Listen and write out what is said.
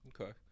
Okay